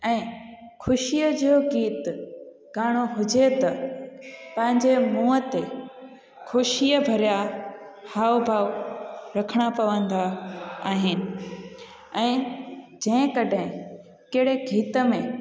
ऐं ख़ुशीअ जो गीत ॻाइणो हुजे त पंहिंजे मुंहुं ते ख़ुशीअ भरिया हाव भाव रखिणा पवंदा ऐं ऐं जंहिं कॾहिं कहिड़े गीत में